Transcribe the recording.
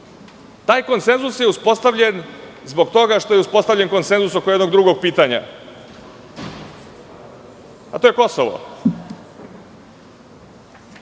Taj konsenzus je uspostavljen, zbog toga što je uspostavljen konsenzus oko jednog drugog pitanja. To je Kosovo,